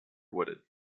wooded